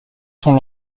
sont